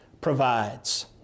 provides